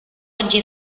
oggi